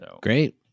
Great